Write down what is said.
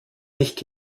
nicht